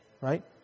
right